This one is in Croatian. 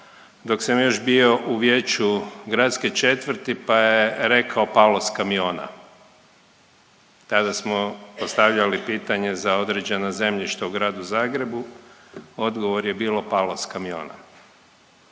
dok sam još bio u vijeću gradske četvrti pa je rekao, palo s kamiona. Tada smo postavljali pitanje za određena zemljišta u gradu Zagrebu, odgovor je bilo palo s kamiona.